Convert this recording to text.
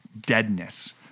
deadness